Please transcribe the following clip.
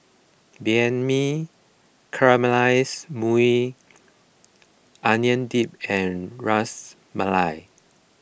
Banh Mi Caramelized Maui Onion Dip and Ras Malai